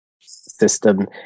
system